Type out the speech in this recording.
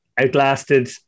outlasted